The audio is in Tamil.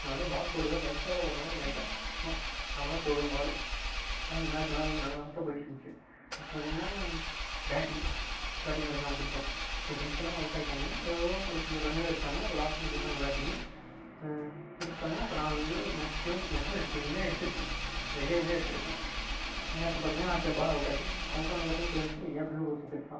நான் வந்து பால் போடுவேன் லைட்டாக கூட போட மாட்டேன் லைட்டாக சும்மா நார்மலாக போடுவேன் பாலு அவங்க மேட்ச் நல்லா நல்லா தான் அப்போ போயிவிட்டு இருந்துச்சு அப்போ பார்த்திங்கனா பேட்டிங் பேட்டிங் அடுத்து நான் பிடிச்சோம் என் ஃபிரெண்ட்ஸ்லாம் அவுட் ஆகிவிட்டாங்க எதோ ஒரு சில ரன்கள் எடுத்தாங்க அப்புறோம் லாஸ்டில் எனக்கு கொடுத்தாங்க பேட்டிங்கு கொடுத்தாங்க அப்போ நான் வந்து மேக்சிமம் மேக்சிமம் ரெண்டு ரன் தான் எடுத்து இருப்பேன் ரெண்டே ரன் தான் எடுத்து இருப்பேன் ஏன்னா ஆச்சுன்னு பார்த்திங்கனா அடுத்த பால் அவுட் ஆகிவிட்டேன் அவுட் ஆனாதுக்கப்புறோம் தெரிஞ்சிச்சு என் ஃபிரெண்டை ஒருத்தன் திட்டினான்